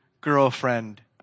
girlfriend